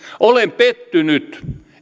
olen pettynyt